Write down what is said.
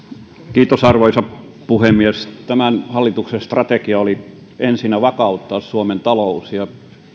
arvoisa puhemies tämän hallituksen strategia oli ensinnä vakauttaa suomen talous ja